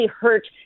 hurt